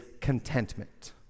contentment